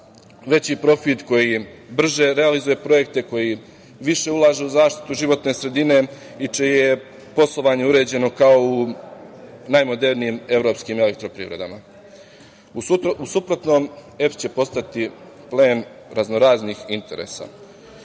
veći profit, koji brže realizuje projekte, koji više ulaže u zaštitu životne sredine i čije je poslovanje uređeno kao u najmodernijim evropskim elektroprivredama. U suprotnom, EPS će postati plen raznoraznih interesa. Razumem